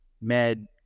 med